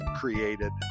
created